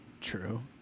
True